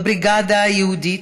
בבריגדה היהודית,